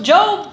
Job